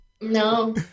No